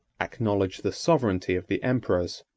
acknowledged the sovereignty of the emperors,